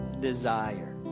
desire